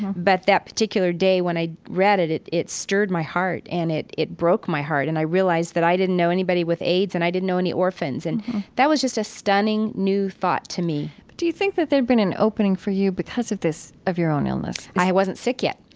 but that particular day, when i'd read it, it it stirred my heart and it it broke my heart. and i realized that i didn't know anybody with aids and i didn't know any orphans. and that was just a stunning, new thought to me do you think that there had been an opening for you because of this of your own illness? i wasn't sick yet.